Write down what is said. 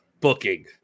booking